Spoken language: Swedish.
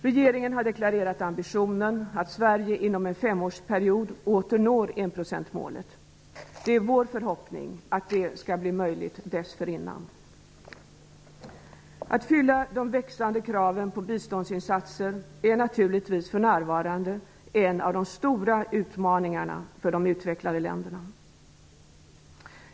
Regeringen har deklarerat ambitionen att Sverige inom en femårsperiod åter skall nå enprocentsmålet. Det är vår förhoppning att det skall bli möjligt dessförinnan. Att uppfylla de växande kraven på biståndsinsatser är naturligtvis för närvarande en av de stora utmaningarna för de utvecklade länderna.